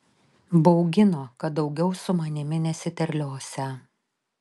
baugino kad daugiau su manimi nesiterliosią